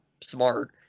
smart